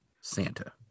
santa